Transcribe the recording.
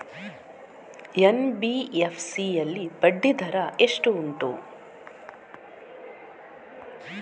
NBFC ಯಲ್ಲಿ ಬಡ್ಡಿ ದರ ಎಷ್ಟು ಉಂಟು?